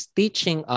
teaching